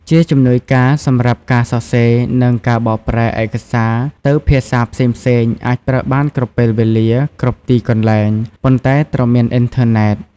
ជាជំនួយការសំរាប់ការសរសេរ និងការបកប្រែឯកសារទៅភាសាផ្សេងៗ អាចប្រើបានគ្រប់ពេលវេលា គ្រប់ទីកន្លែង ប៉ុន្តែត្រូវមានអ៊ីនធឺណេត។